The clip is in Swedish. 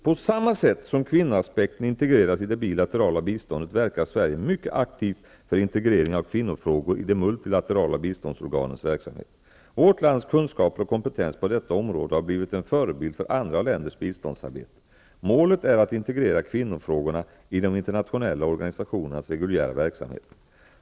På samma sätt som kvinnoaspekten integreras i det bilaterala biståndet, verkar Sverige mycket aktivt för integrering av kvinnofrågor i de multilaterala biståndsorganens verksamhet. Vårt lands kunskaper och kompetens på detta område har blivit en förebild för andra länders biståndsarbete. Målet är att integrera kvinnofrågorna i de internationella organisationernas reguljära verksamhet.